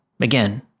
Again